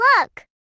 look